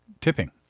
tipping